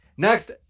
next